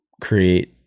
create